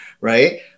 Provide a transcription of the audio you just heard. right